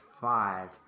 five